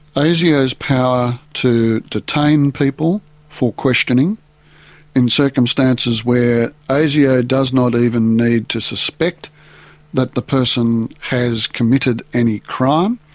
asio's power to detain people for questioning in circumstances where asio does not even need to suspect that the person has committed any crime.